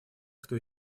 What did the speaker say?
кто